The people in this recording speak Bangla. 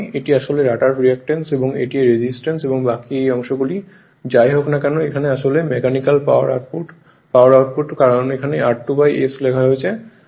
এটি আসলে রটার রিয়্যাক্ট্যান্স এবং এটি রেজিস্ট্যান্স এবং বাকি এই অংশ গুলি যাই হোক না কেন আসলে মেকানিক্যাল পাওয়ার আউটপুট কারণ এখানে r2 s আছে